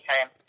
time